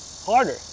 harder